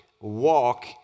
walk